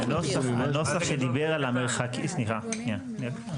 הנוסח שדיבר על המרחקים, סליחה, שנייה.